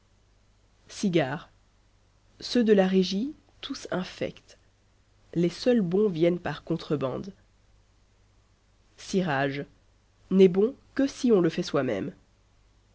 cigares ceux de la régie tous infects les seuls bons viennent par contrebande cirage n'est bon que si on le fait soi-même